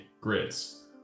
grids